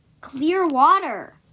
Clearwater